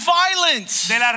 violence